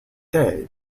day